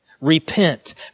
Repent